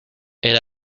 era